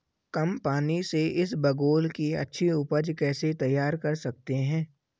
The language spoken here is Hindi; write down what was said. कम पानी से इसबगोल की अच्छी ऊपज कैसे तैयार कर सकते हैं?